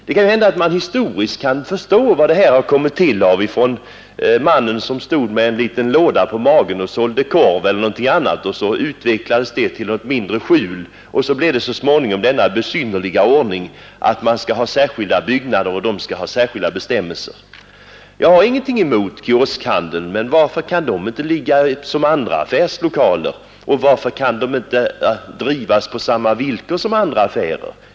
Det kan hända att man historiskt kan förstå hur de har kommit till. Det började med mannen som stod med en liten låda på magen och sålde korv eller någonting annat, så utvecklades det till något mindre skjul och så blev det så småningom denna besynnerliga ordning att man skall ha särskilda byggnader som skall ha särskilda bestämmelser. Jag har ingenting emot kioskhandeln, men varför kan inte kioskerna ligga som andra affärslokaler och varför kan de inte drivas på samma villkor som andra affärer?